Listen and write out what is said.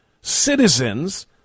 citizens